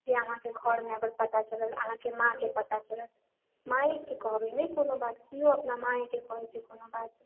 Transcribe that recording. जे अहाँके घरमे अगर पता चलल अहाँके माँके पता चलल माए के कहबै नहि कोनो बात केओ अपना माएके कहै छै कोनो बात